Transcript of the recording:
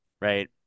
Right